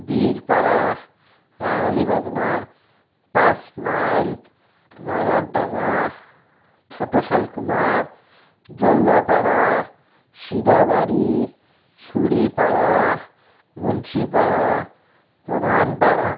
Birpara Rangali Bajna Panch mile Moyrardanga Choto Salkumar Jaldapara Sidabari Suripara Munshipara Pradhanpara